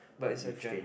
but it's a gen~